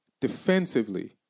defensively